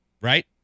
right